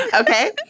okay